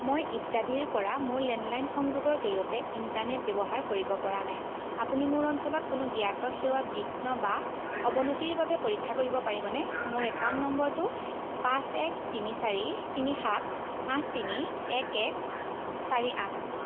মই ইত্যাদিৰপৰা মোৰ লেণ্ডলাইন সংযোগৰ জৰিয়তে ইণ্টাৰনেট ব্যৱহাৰ কৰিব পৰা নাই আপুনি মোৰ অঞ্চলত কোনো জ্ঞাত সেৱা বিঘ্ন বা অৱনতিৰ বাবে পৰীক্ষা কৰিব পাৰিবনে মোৰ একাউণ্ট নম্বৰটো পাঁচ এক তিনি চাৰি তিনি সাত আঠ তিনি এক এক চাৰি আঠ